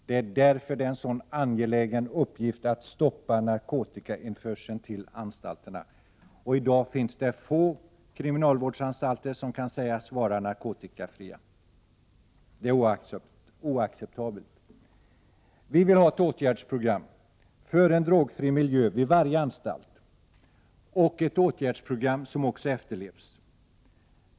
Det är därför det är en sådan angelägen uppgift att stoppa narkotikainförseln till anstalterna. I dag finns det få kriminalvårdsanstalter som kan sägas vara narkotikafria. Det är oacceptabelt. Vi vill ha ett åtgärdsprogram för en drogfri miljö vid varje anstalt och ett åtgärdsprogram som också efterlevs.